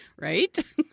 right